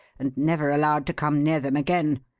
and never allowed to come near them again.